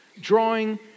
drawing